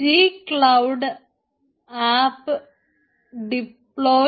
G cloud app ഡിപ്പോയി